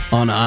on